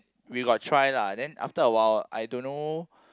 we got try lah then after a while I don't know